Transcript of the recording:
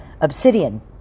obsidian